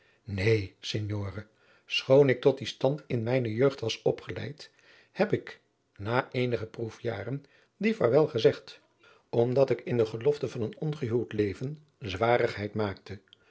neen signore schoon ik tot dien stand in mijne jeugd was opgeleid heb ik na eenige proefjaren dien vaarwel gezegd omdat ik in de gelofte van een ongehuwd leven zwarigheid maakte